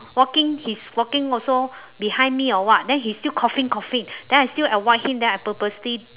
walking he's walking also behind me or what then he still coughing coughing then I still avoid him then I purposely